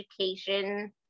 education